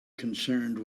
concerned